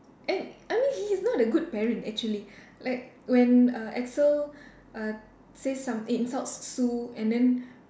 and I mean he is not good a parent actually like when uh Axl uh says some insults Sue and then